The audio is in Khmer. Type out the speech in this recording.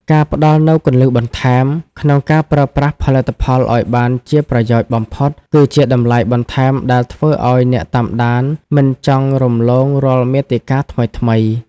ការផ្តល់នូវគន្លឹះបន្ថែម ក្នុងការប្រើប្រាស់ផលិតផលឱ្យបានជាប្រយោជន៍បំផុត គឺជាតម្លៃបន្ថែមដែលធ្វើឱ្យអ្នកតាមដានមិនចង់រំលងរាល់មាតិកាថ្មីៗ។